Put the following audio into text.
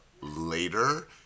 later